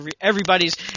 Everybody's